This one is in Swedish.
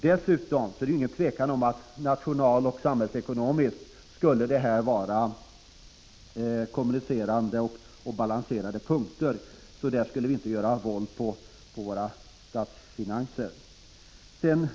Dessutom är det inget tvivel om att det här nationaloch samhällsekonomiskt borde vara balanserande punkter. Här skulle man inte göra våld på statsfinanserna.